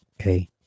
okay